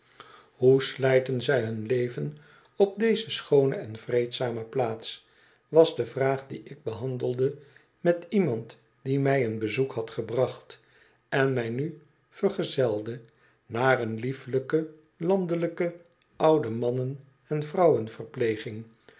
hoe slijten zij hun leven op deze schoone en vreedzame plaats was de vraag die ik behandelde met iemand die mij een bezoek had gebracht en mij nu vergezelde naar een liefelijke landelijke oude mannen en